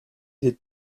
des